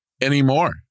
anymore